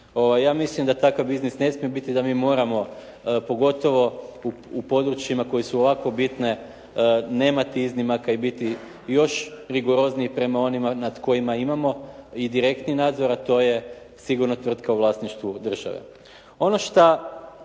Ja mislim da takav biznis ne smije biti da mi moramo u područjima koje su ovako bitne nemati iznimaka i biti još rigorozniji prema onima nad kojima imamo i direktni nadzor a to je sigurno tvrtka u vlasništvu države.